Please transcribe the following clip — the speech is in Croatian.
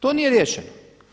To nije riješeno.